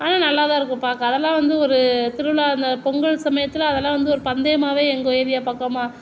ஆனால் நல்லா தான் இருக்கும் பார்க்க அதலாம் வந்து ஒரு திருவிழா இந்த பொங்கல் சமயத்தில் அதெல்லாம் வந்து ஒரு பந்தயமாகவே எங்கள் ஏரியா பக்கமாக